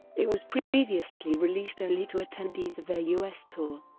it was previously released only to attendees of their u s. tour.